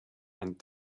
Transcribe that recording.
and